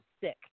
sick